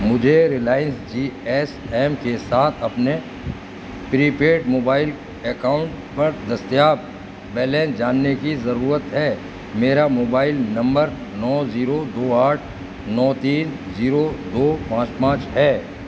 مجھے ریلائنس جی ایس ایم کے ساتھ اپنے پری پیڈ موبائل اکاؤنٹ پر دستیاب بیلنس جاننے کی ضرورت ہے میرا موبائل نمبر نو زیرو دو آٹھ نو تین زیرو دو پانچ پانچ ہے